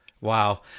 Wow